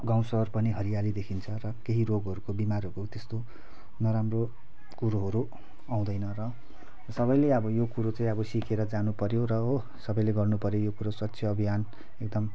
गाउँ शहर पनि हरियाली देखिन्छ र केही रोगहरूको बिमारहरू त्यस्तो नराम्रो कुरोहरू आउँदैन र सबैले अब यो कुरो चाहिँ अब सिकेर जानुपऱ्यो र हो सबैले गर्नुपऱ्यो यो कुरो स्वच्छ अभियान एकदम